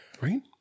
Right